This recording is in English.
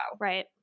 Right